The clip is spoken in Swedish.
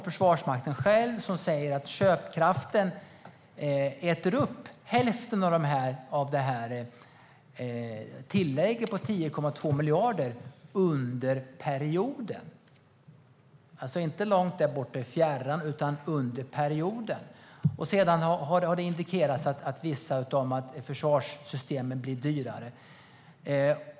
Försvarsmakten säger att köpkraften äter upp hälften av tillägget på 10,2 miljarder under perioden - alltså inte långt borta i fjärran utan under perioden. Det har också indikerats att vissa av försvarssystemen blir dyrare.